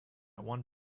one